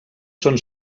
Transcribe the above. són